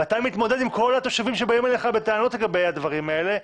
ואתה מתמודד עם כל התושבים שבאים אליך בטענות לגבי הדברים האלה,